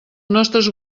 nostres